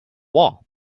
wall